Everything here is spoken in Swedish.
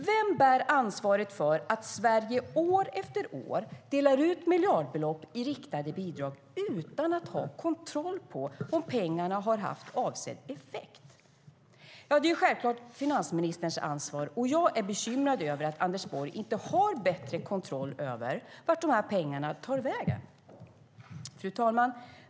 Vem bär ansvaret för att Sverige år efter år delar ut miljardbelopp i riktade bidrag utan att ha kontroll på om pengarna har haft avsedd effekt? Det är självklart finansministerns ansvar, och jag är bekymrad över att Anders Borg inte har bättre kontroll över vart pengarna tar vägen. Fru talman!